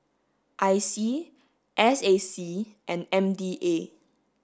I C S A C and M D A